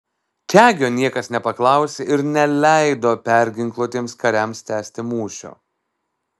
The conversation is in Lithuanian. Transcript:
čegio niekas nepaklausė ir neleido perginkluotiems kariams tęsti mūšio